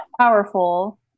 powerful